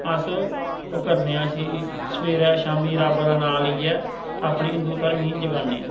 अस्स ओह् करने आं इसी सबेरे शामी रब्ब दा नां लेइयै अपने हिंदू धर्म गी जगाने आं